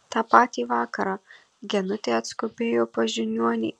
tą patį vakarą genutė atskubėjo pas žiniuonį